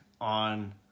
on